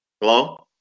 Hello